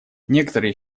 некоторые